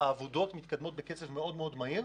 ואני יכול להגיד שהעבודות מתקדמות בקצב מאוד מהיר.